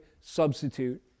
substitute